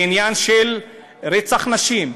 בעניין של רצח נשים,